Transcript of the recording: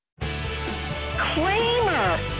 Kramer